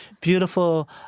beautiful